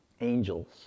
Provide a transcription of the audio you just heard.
angels